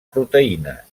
proteïnes